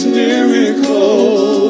miracle